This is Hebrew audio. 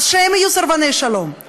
אז שהם יהיו סרבני שלום,